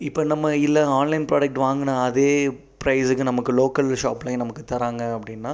இப்போ நம்ம இல்லை ஆன்லைன் ப்ராடெக்ட் வாங்கின அதே பிரைஸுக்கு நமக்கு லோக்கல் ஷாப்லியே நமக்கு தராங்க அப்படினால்